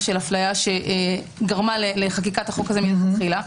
של אפליה שגרמה לחקיקת החוק הזה מלכתחילה.